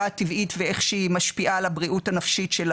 הטבעית ואיך שהיא משפיעה על הבריאות הנפשית של